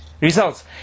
results